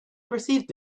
perceived